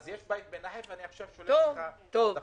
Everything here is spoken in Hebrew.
יש בית בנחף ואני עכשיו שולח לך את החומר.